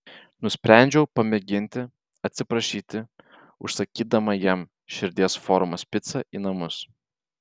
nusprendžiau pamėginti atsiprašyti užsakydama jam širdies formos picą į namus